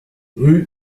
rue